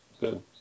Good